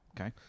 Okay